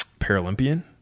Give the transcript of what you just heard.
Paralympian